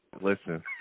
listen